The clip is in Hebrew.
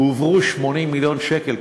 הועברו 80 מיליון שקל,